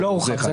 הוא לא הורחב, זה